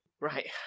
Right